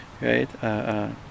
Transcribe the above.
right